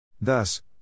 Thus